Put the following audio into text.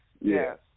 Yes